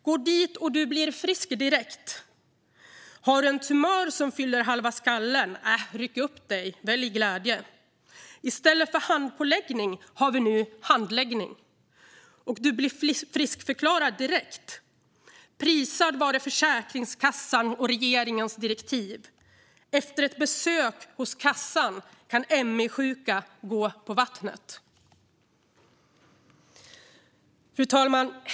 Gå dit, och du blir frisk direkt! Har du en tumör som fyller halva skallen? Äh, ryck upp dig och välj glädje! I stället för handpåläggning har vi nu handläggning. Och du blir friskförklarad direkt. Prisade vare Försäkringskassan och regeringens direktiv! Efter ett besök hos kassan kan ME-sjuka gå på vattnet. Fru talman!